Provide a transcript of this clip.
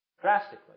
drastically